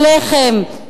עליית מחירי הלחם,